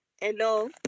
Hello